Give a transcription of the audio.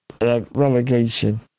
Relegation